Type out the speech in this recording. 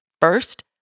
First